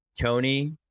Tony